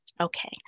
Okay